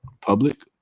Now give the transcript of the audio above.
public